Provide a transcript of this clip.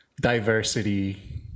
diversity